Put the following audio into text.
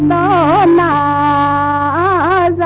aa